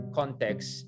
context